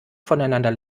voneinander